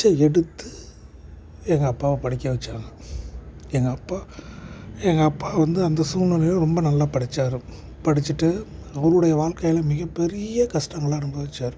பிச்சை எடுத்து எங்கள் அப்பாவை படிக்க வைச்சாங்க எங்கள் அப்பா எங்கள் அப்பா வந்து அந்த சூழ்நிலையில ரொம்ப நல்லா படிச்சார் படிச்சுட்டு அவருடைய வாழ்க்கையில மிகப் பெரிய கஷ்டங்கள அனுபவிச்சார்